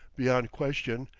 beyond question!